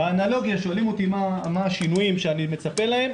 באנלוגיה שואלים אותי מה השינויים שאני מצפה להם,